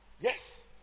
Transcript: Yes